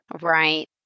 Right